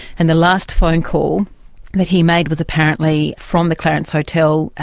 and the last phone call that he made was apparently from the clarence hotel,